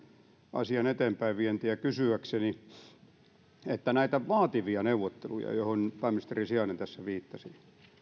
asian eteenpäinvientiä kysyäkseni näistä vaativista neuvotteluista joihin pääministerin sijainen tässä viittasi